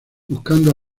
buscando